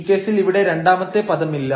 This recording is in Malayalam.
ഈ കേസിൽ ഇവിടെ രണ്ടാമത്തെ പദമില്ല